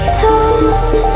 told